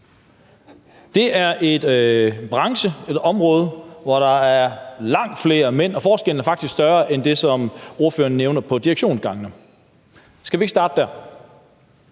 tilhører en branche, et område, hvor der er langt flere mænd, og forskellen er faktisk større end den, ordføreren nævner, på direktionsgangene. Skal vi ikke starte dér?